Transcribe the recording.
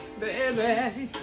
baby